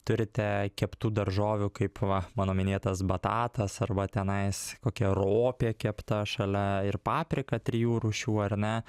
turite keptų daržovių kaip va mano minėtas batatas arba tenais kokia ropė kepta šalia ir paprika trijų rūšių ar ne